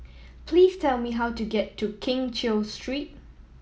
please tell me how to get to Keng Cheow Street